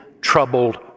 troubled